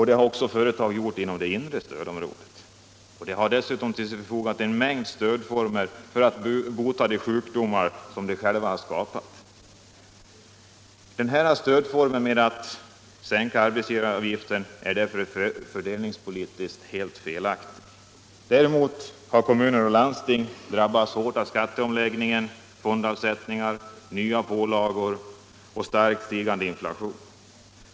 Det har också företag inom det inre stödområdet gjort — de har dessutom till sitt förfogande en mängd stödformer för att bota de sjukdomar som de själva har skapat. Den form av stöd som en sänkning av arbetsgivaravgiften innebär är därför fördelningspolitiskt helt felaktig. Däremot har kommuner och landsting drabbats hårt av skatteomläggningar, fondavsättningar, nya pålagor och en starkt stigande inflation.